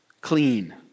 clean